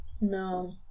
No